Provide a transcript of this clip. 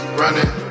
running